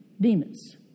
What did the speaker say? demons